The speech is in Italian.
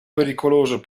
pericoloso